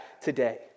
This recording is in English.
today